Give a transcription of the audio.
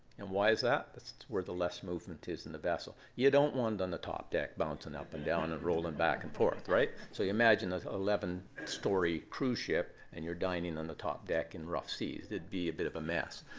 and why is that? that's where the less movement is in the vessel. you don't want it on the top deck bouncing up and down and rolling back and forth, right? so imagine those eleven story cruise ship, and you're dining on the top deck in rough seas. it'd be a bit of a mess.